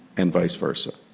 and vice versa.